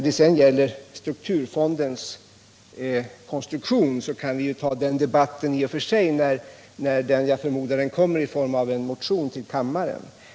Debatten om strukturfondens konstruktion kanske vi kan föra senare. Jag förmodar att frågan tas upp vid behandlingen av en motion till kammaren.